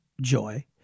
Joy